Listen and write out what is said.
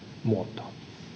muotoon